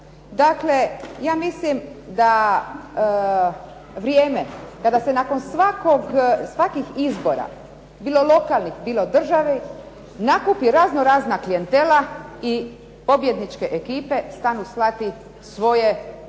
Dakle, ja mislim da vrijeme kada se nakon svakih izbora, bilo lokalnih, bilo državnih nakupi razno razna klijentela i pobjedničke ekipe stanu slati svoje ljude